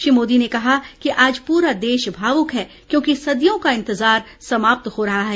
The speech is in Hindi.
श्री मोदी ने कहा कि आज पूरा देश भावुक है क्योंकि सदियों का इंतजार समाप्त हो रहा है